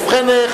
ובכן,